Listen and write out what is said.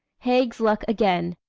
haig's luck again!